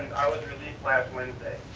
released last wednesday.